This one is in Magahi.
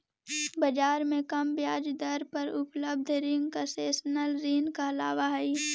बाजार से कम ब्याज दर पर उपलब्ध रिंग कंसेशनल ऋण कहलावऽ हइ